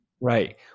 Right